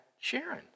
Sharon